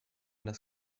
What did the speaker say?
haben